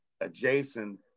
adjacent